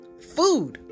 food